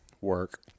work